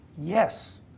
Yes